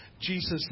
Jesus